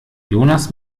jonas